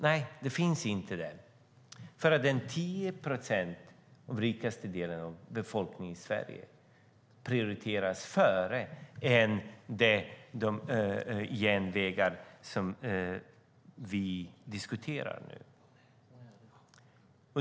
Nej, det finns inte, på grund av att de 10 procent av befolkningen i Sverige som är rikast prioriteras före de järnvägar som vi nu diskuterar.